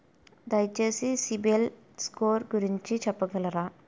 దయచేసి CIBIL score గురించి చెప్పగలరా?